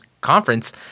conference